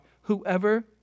Whoever